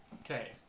Okay